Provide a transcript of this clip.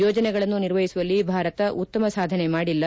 ಯೋಜನೆಗಳನ್ನು ನಿರ್ವಹಿಸುವಲ್ಲಿ ಭಾರತ ಉತ್ತಮ ಸಾಧನೆ ಮಾಡಿಲ್ಲ